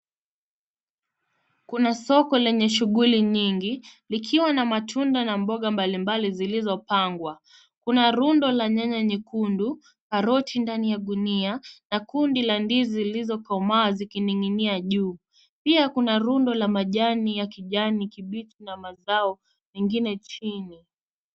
Kuna soko lenye shughuli nyingi likiwa na matunda na mboga mbalimbali zilizopangwa. Kuna rundo la nyanya nyekundu, karoti ndani ya gunia na kundi la ndizi zilizokomaa zikining'nia juu. Pia kuna rundo la majani ya kijani kibichi na mazao mengine chini.